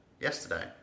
yesterday